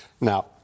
Now